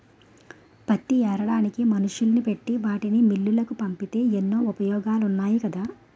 పత్తి ఏరడానికి మనుషుల్ని పెట్టి వాటిని మిల్లులకు పంపితే ఎన్నో ఉపయోగాలున్నాయి కదా